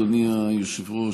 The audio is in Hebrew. אדוני היושב-ראש,